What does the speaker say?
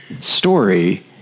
story